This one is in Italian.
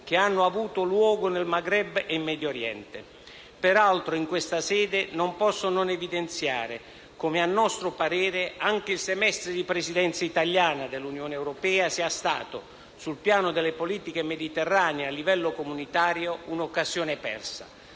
che hanno avuto luogo nel Maghreb e in Medio Oriente. Peraltro, in questa sede non posso non evidenziare come - a nostro parere - anche il semestre di Presidenza italiana dell'Unione europea sia stato, sul piano delle politiche mediterranee a livello comunitario, un'occasione persa: